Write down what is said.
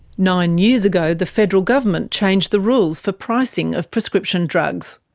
nine years ago the federal government changed the rules for pricing of prescription drugs.